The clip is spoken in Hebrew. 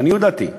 לעניות דעתי,